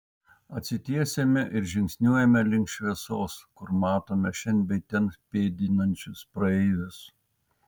atsitiesiame ir žingsniuojame link šviesos kur matome šen bei ten pėdinančius praeivius